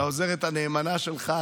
לעוזרת הנאמנה שלך,